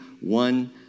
one